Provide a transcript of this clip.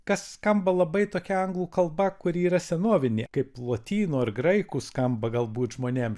kas skamba labai tokia anglų kalba kuri yra senovinė kaip lotynų ar graikų skamba galbūt žmonėm